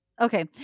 okay